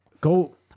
Go